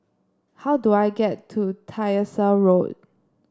how do I get to Tyersall Road